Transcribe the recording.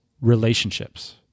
relationships